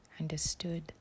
understood